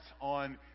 on